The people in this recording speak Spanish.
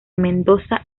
mendoza